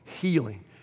healing